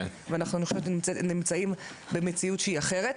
אני חושבת שאנחנו נמצאים במציאות שהיא אחרת,